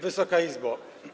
Wysoka Izbo!